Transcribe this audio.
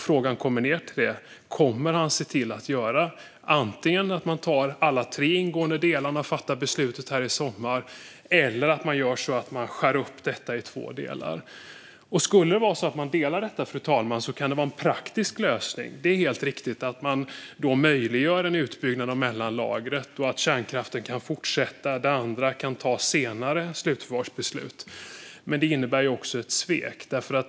Frågan är: Kommer han att se till att man antingen fattar beslut om alla de tre ingående delarna i sommar eller skär upp detta i två delar? Skulle det vara så att man delar detta, fru talman, kan det vara en praktisk lösning. Det är helt riktigt att man då möjliggör en utbyggnad av mellanlagret och att kärnkraften kan fortsätta. Det andra - slutförvarsbeslutet - kan tas senare. Detta skulle dock innebära ett svek.